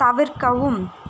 தவிர்க்கவும்